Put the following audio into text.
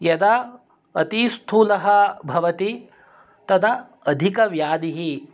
यदा अतिस्थूलः भवति तदा अधिकव्यादिः